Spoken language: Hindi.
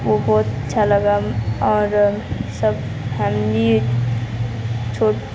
वह बहुत अच्छा लगा और सब फ़ैमिली छोड़